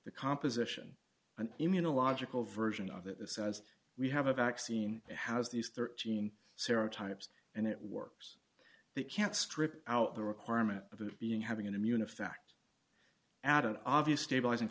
the composition an immunological version of it says we have a vaccine has these thirteen sara types and it works they can't strip out the requirement of it being having an immune effect at an obvious stabilizing